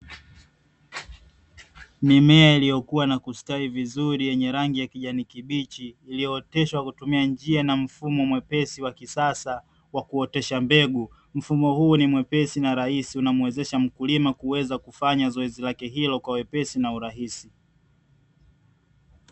Mimea iliyokuwa na kustawi vizuri ya kijani kibichi, iliyooteshwa kwa kutumia njia na mfumo wa kisasa wa kuotesha mbegu mfumo huu ni mwepesi na rahisi unamwezesha mkulima kuweza kufanya zoezi lake ilo kwa urahisi.